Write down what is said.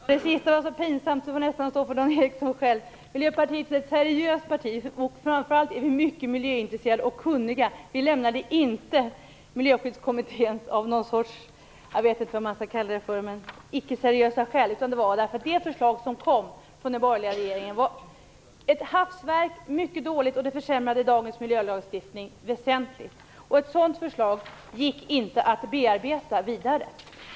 Herr talman! Det sista påståendet var så pinsamt att det nästan får stå för Dan Ericsson själv. Miljöpartiet är ett seriöst parti. Vi är framför allt mycket miljöintresserade och kunniga. Vi lämnade inte Miljöskyddskommittén av icke seriösa skäl eller vad man nu skall kalla det. Orsaken var att det förslag som lades fram av den borgerliga regeringen var ett hafsverk. Det var mycket dåligt, och det försämrade dagens miljölagstiftning väsentligt. Ett sådant förslag gick inte att bearbeta vidare.